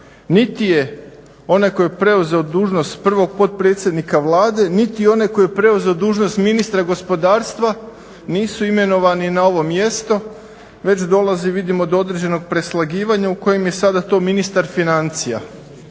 niti je onaj koji je preuzeo dužnost prvog potpredsjednika Vlade, niti onaj koji je preuzeo dužnost ministra gospodarstva nisu imenovani na ovo mjesto već dolazi vidimo do određenog preslagivanja u kojem je sada to ministar financija,